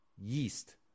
yeast